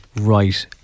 right